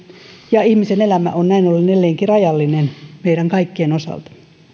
ja ihmisen elämä on näin ollen edelleenkin rajallinen meidän kaikkien osalta